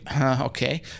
okay